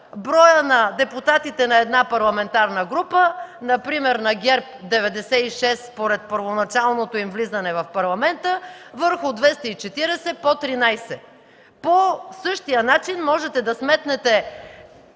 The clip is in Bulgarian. броят на депутатите на една парламентарна група, например на ГЕРБ 96 според първоначалното им влизане в Парламента върху 240 по 13. По същия начин можете да сметнете